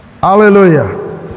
hallelujah